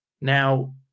Now